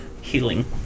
healing